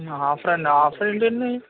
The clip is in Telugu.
ఆఫరండి ఆఫర్ ఏంటండీ